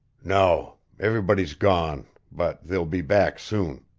no. everybody's gone but they'll be back soon.